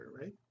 right